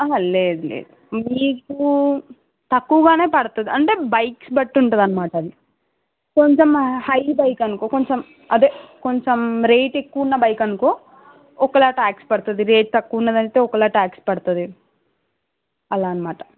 లేదు లేదు మీకూ తక్కువగానే పడ్తుంది అంటే బైక్స్ బట్టి ఉంటుందన్నమాట అది కొంచెం హై బైక్ అనుకో కొంచెం అదే కొంచెం రేట్ ఎక్కువున్న బైక్ అనుకో ఒకలా టాక్స్ పడ్తుంది రేట్ తక్కువున్నదైతే ఒకలా టాక్స్ పడ్తుంది అలా అన్నమాట